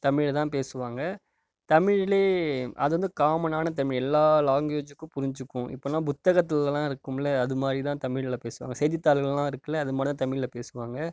தமிழில் தான் பேசுவாங்க தமிழிலேயே அது வந்து காமனான தமிழ் எல்லா லாங்குவேஜுக்கும் புரிஞ்சுக்கும் இப்போல்லாம் புத்தகத்திலலாம் இருக்கும்ல அது மாதிரி தான் தமிழில் பேசுவாங்க செய்திதாள்கள்லாம் இருக்குல்ல அது மாதிரி தான் தமிழில் பேசுவாங்க